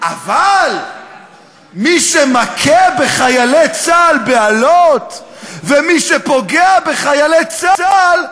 אבל מי שמכה בחיילי צה"ל באלות ומי שפוגע בחיילי צה"ל,